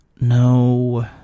No